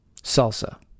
salsa